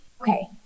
Okay